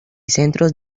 centros